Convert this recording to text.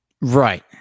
Right